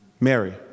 Mary